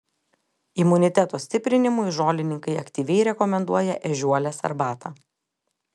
imuniteto stiprinimui žolininkai aktyviai rekomenduoja ežiuolės arbatą